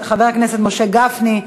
חבר הכנסת משה גפני,